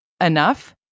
enough